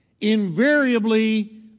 invariably